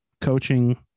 coaching